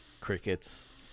crickets